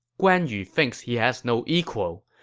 guan yu thinks he has no equal.